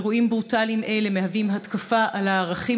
אירועים ברוטליים אלה מהווים התקפה על הערכים